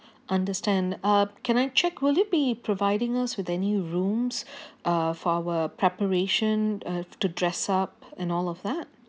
understand uh can I check will you be providing us with any rooms uh for our preparation uh to dress up and all of that